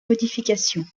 modifications